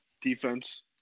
defense